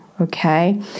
Okay